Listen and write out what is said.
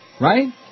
Right